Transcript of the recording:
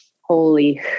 Holy